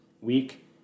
week